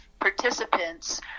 participants